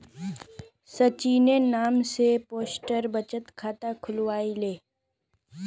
सचिनेर नाम स पोस्टल बचत खाता खुलवइ ले